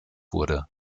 wurde